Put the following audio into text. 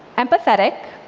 empathetic,